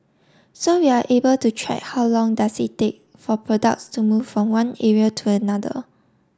so we're able to track how long does it take for products to move from one area to another